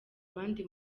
abandi